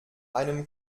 einem